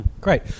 great